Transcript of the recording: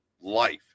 life